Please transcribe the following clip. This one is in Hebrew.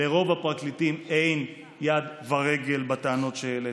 לרוב הפרקליטים אין יד ורגל בטענות שהעליתי.